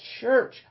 church